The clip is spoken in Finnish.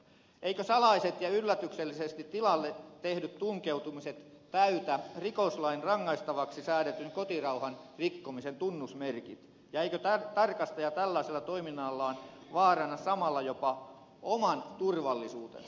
eivätkö salaiset ja yllätyksellisesti tilalle tehdyt tunkeutumiset täytä rikoslaissa rangaistavaksi säädetyn kotirauhan rikkomisen tunnusmerkit ja eikö tarkastaja tällaisella toiminnallaan vaaranna samalla jopa oman turvallisuutensa